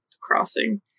crossing